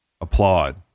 Applaud